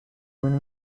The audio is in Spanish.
una